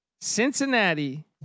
Cincinnati